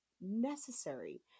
necessary